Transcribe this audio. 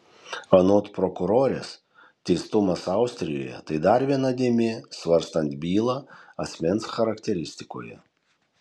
anot prokurorės teistumas austrijoje tai dar viena dėmė svarstant bylą asmens charakteristikoje